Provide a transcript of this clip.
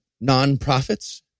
non-profits